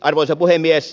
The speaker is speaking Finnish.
arvoisa puhemies